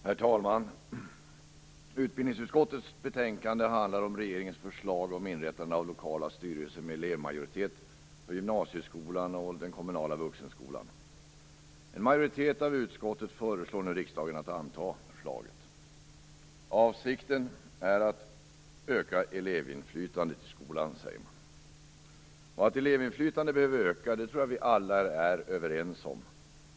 Herr talman! Utbildningsutskottets betänkande handlar om regeringens förslag om inrättande av lokala styrelser med elevmajoritet för gymnasieskolan och den kommunala vuxenskolan. En majoritet av utskottet föreslår nu riksdagen att anta förslaget. Avsikten är att öka elevinflytandet i skolan, säger man. Att elevinflytande behöver öka tror jag att vi alla är överens om.